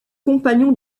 compagnon